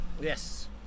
Yes